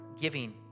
giving